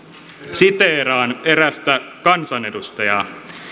siteeraan erästä kansanedustajaa